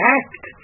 act